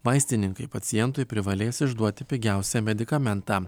vaistininkai pacientui privalės išduoti pigiausią medikamentą